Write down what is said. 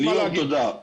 ליאור, תודה.